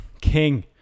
King